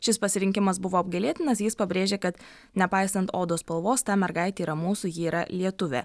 šis pasirinkimas buvo apgailėtinas jis pabrėžė kad nepaisant odos spalvos ta mergaitė yra mūsų ji yra lietuvė